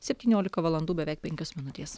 septyniolika valandų beveik penkios minutės